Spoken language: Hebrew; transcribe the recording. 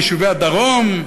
ביישובי הדרום,